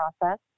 process